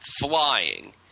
flying